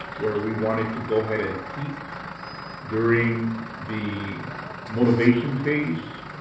where we wanted to go ahead and peak during the motivation phase,